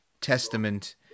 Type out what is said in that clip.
testament